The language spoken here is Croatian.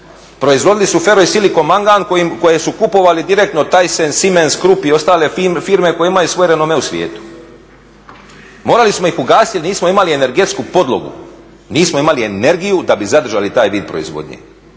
proizvodili su fero i siliko mandan koje su kupovali direktno od …/Govornik se ne razumije./… Siemens i ostale firme koje imaju svoj renome u svijetu. Morali smo ih ugasiti jer nismo imali energetsku podlogu, nismo imali energiju da bi zadržali taj vid proizvodnje.